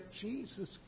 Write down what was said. Jesus